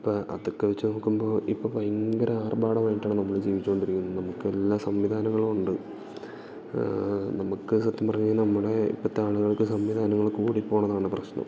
അപ്പം അതൊക്കെ വെച്ച് നോക്കുമ്പോൾ ഇപ്പം ഭയങ്കര ആർഭാടമായിട്ടാണ് നമ്മള് ജീവിച്ചോണ്ടിരിക്കുന്നത് നമുക്ക് എല്ലാ സംവിധാനങ്ങളും ഉണ്ട് നമുക്ക് സത്യം പറഞ്ഞു കഴിഞ്ഞാൽ നമ്മുടെ ഇപ്പത്താളുകൾക്ക് സംവിധാനങ്ങള് കൂടി പോണതാണ് പ്രശ്നം